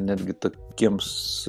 netgi tokiems